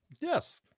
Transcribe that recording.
Yes